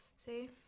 see